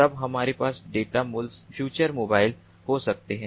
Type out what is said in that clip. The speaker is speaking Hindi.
तब हमारे पास डेटा मुल्स फ्यूचर मोबाइल हो सकते हैं